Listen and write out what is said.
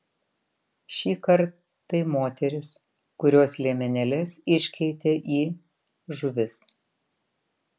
šįkart tai moterys kurios liemenėles iškeitė į žuvis